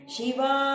Shiva